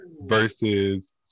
versus